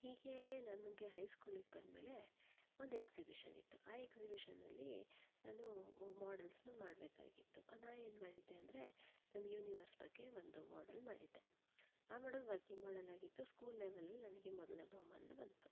ಹೀಗೇ ನನಗೆ ಹೈಸ್ಕೂಲಿಗೆ ಬಂದ ಮೇಲೆ ಒಂದು ಎಕ್ಸಿಬಿಷನ್ ಇತ್ತು ಆ ಎಕ್ಸಿಬಿಷನಲ್ಲಿ ನಾನು ಮಾಡೆಲ್ಸ್ನ ಮಾಡಬೇಕಾಗಿತ್ತು ನಾನು ಏನು ಮಾಡಿದ್ದೆ ಅಂದರೆ ನಮ್ಮ ಯೂನಿವರ್ಸ್ ಬಗ್ಗೆ ಒಂದು ಮಾಡೆಲ್ ಮಾಡಿದ್ದೆ ಆ ಮಾಡೆಲ್ ವರ್ಕಿಂಗ್ ಮಾಡೆಲ್ ಆಗಿತ್ತು ಸ್ಕೂಲ್ ಲೆವೆಲಲ್ಲಿ ನನಗೆ ಮೊದಲನೆಯ ಬಹುಮಾನ ಬಂತು